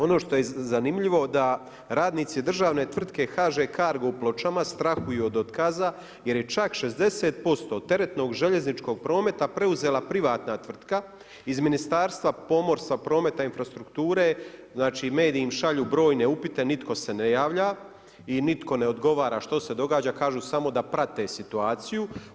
Ono što je zanimljivo da radnici državne tvrtke HŽ kargo u Pločama strahuju od otkaza jer je čak 60% teretnog željezničkog prometa preuzela privatna tvrtka iz Ministarstva pomorstva, prometa i infrastrukture, znači mediji im šalju brojne upite nitko se ne javlja i nitko ne odgovara što se događa kažu samo da prate situaciju.